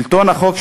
שלטון החוק,